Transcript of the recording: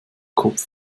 kopf